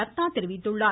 ரத்னா தெரிவித்துள்ளார்